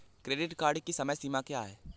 Credit card की समय सीमा क्या है?